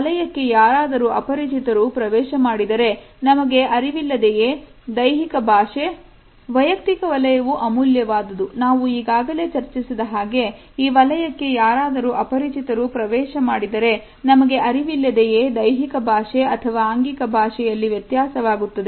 ವೈಯುಕ್ತಿಕ ವಲಯವು ಅಮೂಲ್ಯವಾದುದು ನಾವು ಈಗಾಗಲೇ ಚರ್ಚಿಸಿದ ಹಾಗೆ ಈ ವಲಯಕ್ಕೆ ಯಾರಾದರೂ ಅಪರಿಚಿತರು ಪ್ರವೇಶ ಮಾಡಿದರೆ ನಮಗೆ ಅರಿವಿಲ್ಲದೆಯೇ ದೈಹಿಕ ಭಾಷೆ ಅಥವಾ ಆಂಗಿಕ ಭಾಷೆಯಲ್ಲಿ ವ್ಯತ್ಯಾಸವಾಗುತ್ತದೆ